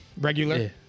Regular